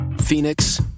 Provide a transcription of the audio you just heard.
Phoenix